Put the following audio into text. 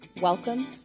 Welcome